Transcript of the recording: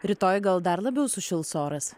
rytoj gal dar labiau sušils oras